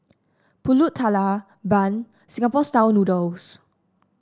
pulut tatal bun Singapore style noodles